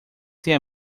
tem